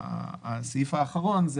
סעיף קטן (ג)